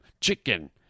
chicken